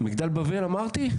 מגדל בבל, אמרתי?